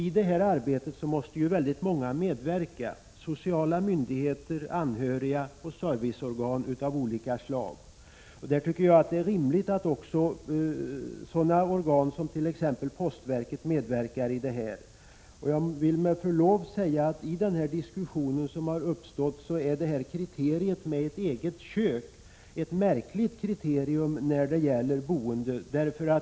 I detta arbete måste många medverka: sociala myndigheter, anhöriga och serviceorgan av olika slag. Jag tycker att det är rimligt att också sådana organ som postverket medverkar i detta arbete. I den diskussion som uppstått är, med förlov sagt, kriteriet eget kök ett märkligt kriterium när det gäller boende.